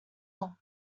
will